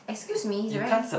excuse me he's a very